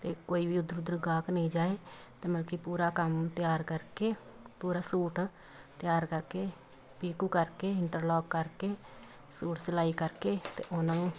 ਅਤੇ ਕੋਈ ਵੀ ਉੱਧਰ ਉੱਧਰ ਗਾਹਕ ਨਹੀਂ ਜਾਏ ਅਤੇ ਮਲਕੀ ਪੂਰਾ ਕੰਮ ਤਿਆਰ ਕਰ ਕੇ ਪੂਰਾ ਸੂਟ ਤਿਆਰ ਕਰ ਕੇ ਪੀਕੋ ਕਰ ਕੇ ਇੰਟਰਲੋਕ ਕਰ ਕੇ ਸੂਟ ਸਿਲਾਈ ਕਰ ਕੇ ਅਤੇ ਉਹਨਾਂ ਨੂੰ